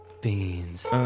beans